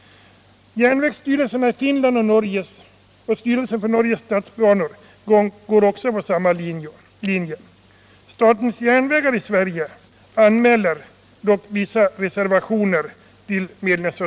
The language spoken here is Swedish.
Järnvägsstyrelsen i Finland och styrelsen för Norges statsbanor går också på den linjen. Statens järnvägar i Sverige gör vissa reservationer.